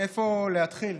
מאיפה להתחיל?